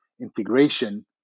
integration